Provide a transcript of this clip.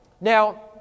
Now